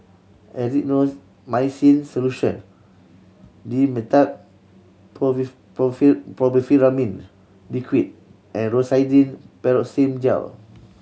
Erythroymycin Solution Dimetapp Brompheniramine Liquid and Rosiden Piroxicam Gel